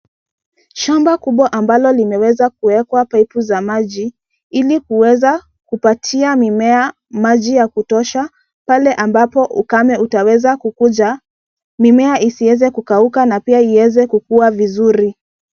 Shamba kubwa ambalo limeweza kuwekwa paipu za maji ili kuweza kupatia mimea maji ya kutosha pale ambapo ukame utaweza kukuja, mimea isiweze kukauka na pia iweze kukua vizuri.